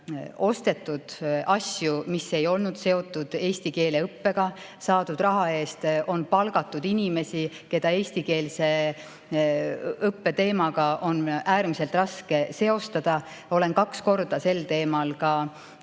ostetud asju, mis ei olnud seotud eesti keele õppega, saadud raha eest on palgatud inimesi, keda eestikeelse õppe teemaga on äärmiselt raske seostada. Olen kaks korda selles